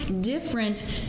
different